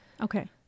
Okay